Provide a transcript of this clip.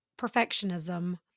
perfectionism